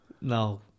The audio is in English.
No